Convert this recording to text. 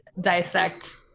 dissect